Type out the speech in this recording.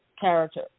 character